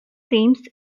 themes